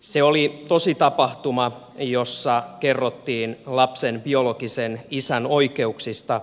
se oli tositapahtuma jossa kerrottiin lapsen biologisen isän oikeuksista